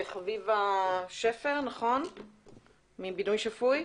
חביבה שפר מבינוי שפוי.